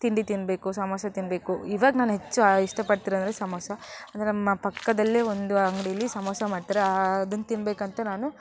ತಿಂಡಿ ತಿನ್ನಬೇಕು ಸಮೋಸಾ ತಿನ್ನಬೇಕು ಇವಾಗ ನಾನು ಹೆಚ್ಚು ಇಷ್ಟಪಡ್ತಿರೋದಂದರೆ ಸಮೋಸಾ ಅಂದರೆ ನಮ್ಮ ಪಕ್ಕದಲ್ಲೇ ಒಂದು ಅಂಗಡೀಲಿ ಸಮೋಸಾ ಮಾಡ್ತಾರೆ ಆ ಅದನ್ನು ತಿನ್ನಬೇಕಂತ ನಾನು